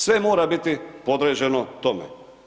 Sve mora biti podređeno tome.